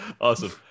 Awesome